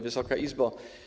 Wysoka Izbo!